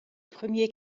premier